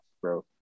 bro